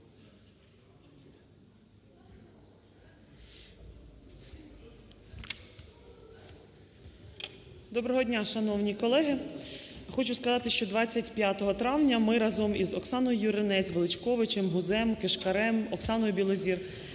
Доброго дня, шановні колеги! Хочу сказати, що 25 травня ми разом із ОксаноюЮринець, Величковичем, Гузем, Кишкарем, Оксаною Білозір